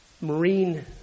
marine